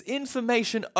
information